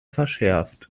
verschärft